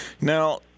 Now